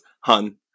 hun